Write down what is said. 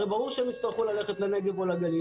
הרי ברור שיצטרכו ללכת לנגב או לגליל